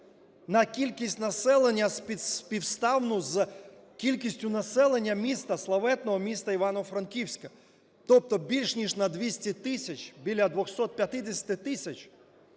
на кількість населення співставну з кількістю населення міста, славетного міста Івано-Франківська, тобто більше ніж на 200 тисяч, біля 250 тисяч.